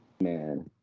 Man